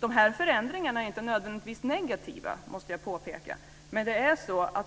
De här förändringarna är inte nödvändigtvis negativa, måste jag påpeka, men